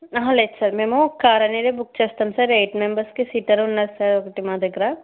అహా లేదు సార్ మేము కార్ అనేది బుక్ చేస్తాము సార్ ఎయిట్ మెంబెర్స్కి సీటర్ ఉన్నది సార్ మా దగ్గర